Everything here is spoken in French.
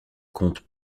comptent